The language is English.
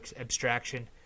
abstraction